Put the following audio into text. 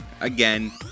again